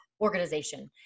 organization